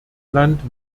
land